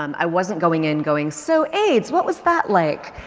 um i wasn't going in going, so aids, what was that like?